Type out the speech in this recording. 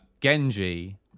Genji